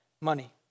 money